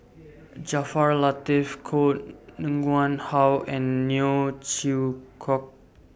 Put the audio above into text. Jaafar Latiff Koh Nguang How and Neo Chwee Kok